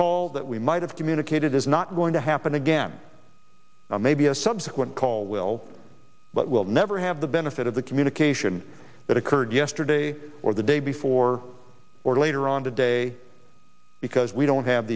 call that we might have communicated is not going to happen again maybe a subsequent call will but we'll never have the benefit of the communication that occurred yesterday or the day before or later on today because we don't have